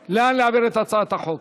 להעביר את הצעת חוק